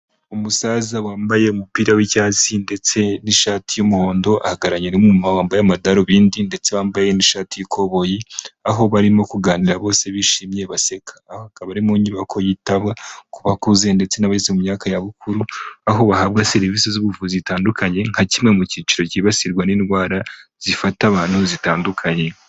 Umusaza wambaye umupira w'icyatsi ndetse n'ishati y'umuhondo ahagararanye n'umumama wambaye amadarubindi ndetse wambaye n'ishati y'ikoboyi, aho barimo kuganira bose bishimye baseka, akaba ari mu nyubako yitakuba bakuze ndetse ndese n'abageze mu myaka ya bukuru aho bahabwa serivisi z'ubuvuzi zitandukanye nka kimwe mu cyiciro cyibasirwa n'indwara zifata abantu zitandukanye.